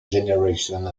generations